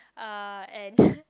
uh and